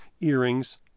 earrings